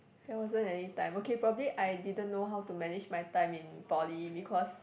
there wasn't any time okay probably I didn't know how to manage my time in Poly because